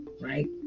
right